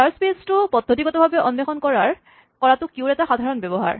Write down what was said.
search স্পেছটো পদ্ধতিগতভাৱে অন্বেষণ কৰাটো কিউৰ এটা সাধাৰণ ব্যৱহাৰ